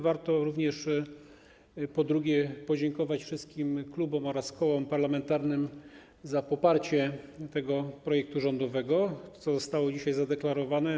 Warto również, po drugie, podziękować wszystkim klubom oraz kołom parlamentarnym za poparcie tego projektu rządowego, co zostało dzisiaj zadeklarowane.